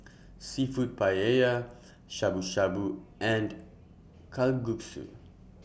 Seafood Paella Shabu Shabu and Kalguksu